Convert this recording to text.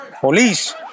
police